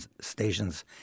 stations